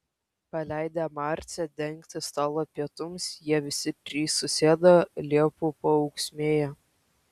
paleidę marcę dengti stalo pietums jie visi trys susėdo liepų paūksmėje